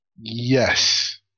Yes